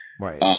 Right